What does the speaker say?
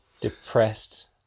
depressed